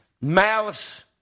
Malice